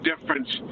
difference